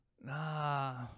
Nah